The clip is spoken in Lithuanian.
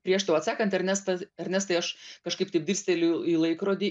prieš tau atsakant ernestas ernestai aš kažkaip taip dirsteliu į laikrodį